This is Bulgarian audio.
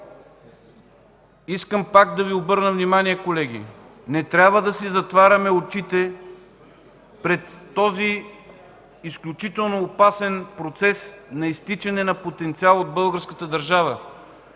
Искам пак да Ви обърна внимание, колеги, не трябва да си затваряме очите пред този изключително опасен процес на изтичане на потенциал от българската държава.